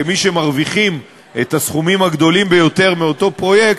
כמי שמרוויחים את הסכומים הגדולים ביותר מאותו פרויקט,